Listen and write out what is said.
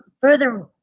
further